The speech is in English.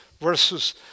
versus